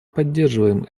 поддерживаем